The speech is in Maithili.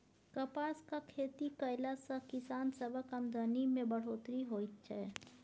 कपासक खेती कएला से किसान सबक आमदनी में बढ़ोत्तरी होएत छै